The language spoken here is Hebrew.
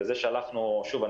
שוב,